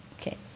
okay